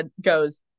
goes